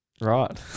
Right